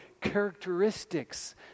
characteristics